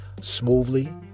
smoothly